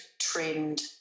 trend